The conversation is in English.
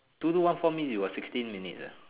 two two one four means you got sixteen minutes eh